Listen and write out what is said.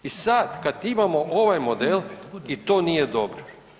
I sad kad imamo ovaj model i to nije dobro.